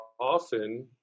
often